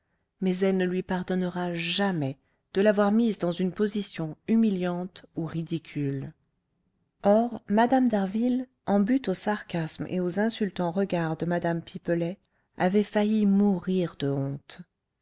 mais elle ne lui pardonnera jamais de l'avoir mise dans une position humiliante ou ridicule or mme d'harville en butte aux sarcasmes et aux insultants regards de mme pipelet avait failli mourir de honte